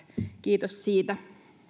kiitos siitä